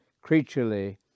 creaturely